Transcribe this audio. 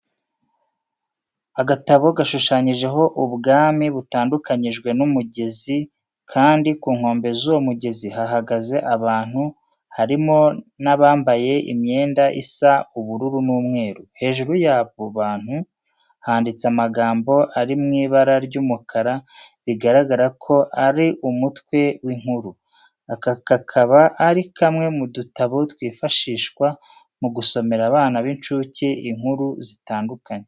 Agatabo gashushanyijeho ubwami butandukanyijwe n'umugezi kandi ku nkombe z'uwo mugezi hahagaze abantu, harimo n'abambaye imyenda isa ubururu n'umweru. Hejuru y'abo bantu handitse amagambo ari mu ibara ry'umukara, bigaragara ko ari umutwe w'inkuru. Aka kakaba ari kamwe mu dutabo twifashishwa mu gusomera abana b'incuke inkuru zitandukanye.